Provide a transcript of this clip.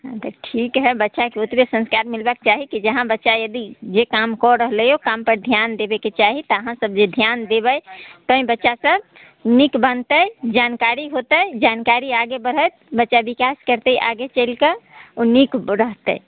तऽ ठीक है बच्चाके ओतबा संस्कार मिलबाके चाही कि जहाँ बच्चा यदि जे काम कऽ रहलै है ओहि कामपर ध्यान देबैके चाही तऽ अहाँ सभ जे ध्यान देबै तैं बच्चा सभ नीक बनतै जानकारी होतै जानकारी आगे बढ़त बच्चा विकास करतै आगे चलिके ओ नीक रहतै